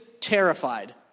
terrified